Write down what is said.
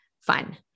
Fun